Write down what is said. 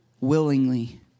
willingly